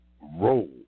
roll